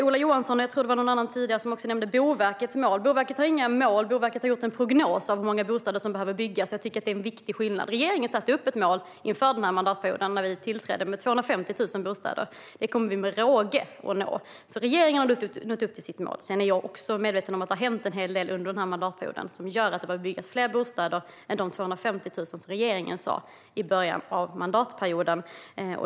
Ola Johansson, och även någon annan tidigare, nämnde Boverkets mål. Boverket har inga mål, utan Boverket har gjort en prognos av hur många bostäder som behöver byggas. Det är en viktig skillnad. När regeringen tillträdde satte den upp ett mål inför mandatperioden på 250 000 bostäder. Det kommer vi med råge att uppnå, så regeringen har nått upp till målet. Sedan är också jag medveten om att det har hänt en hel del under mandatperioden som gör att det behöver byggas fler bostäder än de 250 000 som regeringen sa i början av mandatperioden.